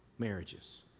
marriages